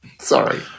Sorry